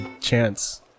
chance